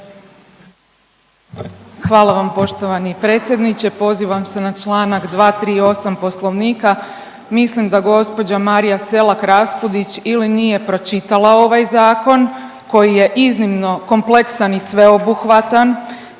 Hvala vam poštovani predsjedniče. Pozivam se na članak 238. Poslovnika. Mislim da gospođa Marija Selak Raspudić ili nije pročitala ovaj zakon koji je iznimno kompleksan i sveobuhvatan